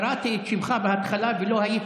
כי קראתי את שמך בהתחלה ולא היית.